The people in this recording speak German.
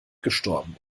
gestorben